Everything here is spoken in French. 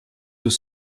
deux